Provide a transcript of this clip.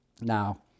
now